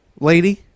lady